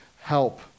help